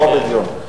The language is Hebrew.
לא בדיון,